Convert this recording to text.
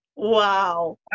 Wow